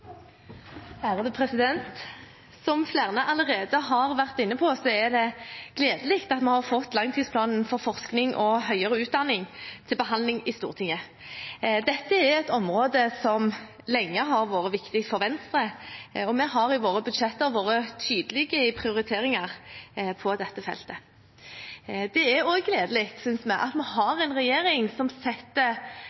Unnskyld, president! Replikkordskiftet er omme. Som flere allerede har vært inne på, er det gledelig at vi har fått langtidsplanen for forskning og høyere utdanning til behandling i Stortinget. Dette er et område som lenge har vært viktig for Venstre, og vi har i våre budsjetter vært tydelige i prioriteringer på dette feltet. Det er også gledelig, synes vi, at vi har en regjering som